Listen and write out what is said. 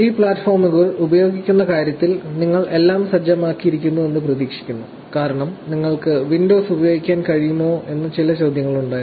ഈ പ്ലാറ്റ്ഫോമുകൾ ഉപയോഗിക്കുന്ന കാര്യത്തിൽ നിങ്ങൾ എല്ലാം സജ്ജമാക്കിയിരിക്കുന്നു എന്ന് പ്രതീക്ഷിക്കുന്നു കാരണം നിങ്ങൾക്ക് വിൻഡോസ് ഉപയോഗിക്കാൻ കഴിയുമോ എന്ന് ചില ചോദ്യങ്ങളുണ്ടായിരുന്നു